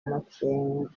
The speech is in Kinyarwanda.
makenga